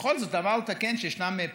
ובכל זאת אמרת שיש פערים